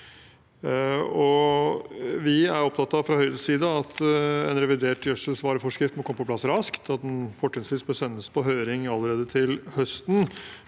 er vi opptatt av at en revidert gjødselsvareforskrift må komme på plass raskt, og at den fortrinnsvis bør sendes på høring allerede til høsten.